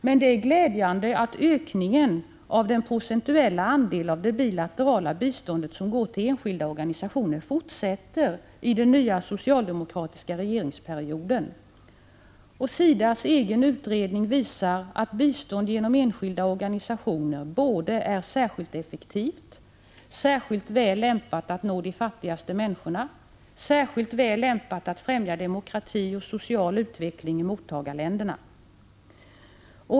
Men det är glädjande att ökningen av den procentuella andel av det bilaterala biståndet som går till enskilda organisationer fortsätter under den nya socialdemokratiska regeringsperioden. SIDA:s egen utredning visar att bistånd genom enskilda organisationer både är särskilt effektivt, särskilt väl lämpat att nå de fattigaste människorna och särskilt väl lämpat att främja demokrati och social utveckling i mottagarländerna.